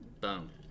boom